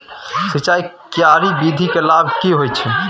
सिंचाई के क्यारी विधी के लाभ की होय छै?